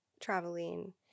traveling